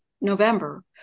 November